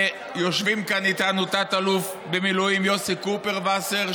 יושבים כאן איתנו תת-אלוף במילואים יוסי קופרווסר,